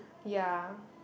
ya